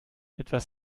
etwas